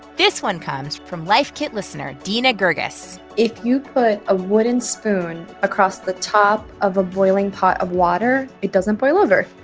this one comes from life kit listener dena gurgis if you put a wooden spoon across the top of a boiling pot of water, it doesn't boil over.